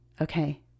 Okay